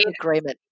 agreement